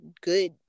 good